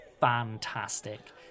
fantastic